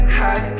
high